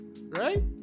right